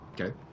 Okay